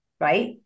right